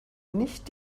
nicht